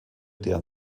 deren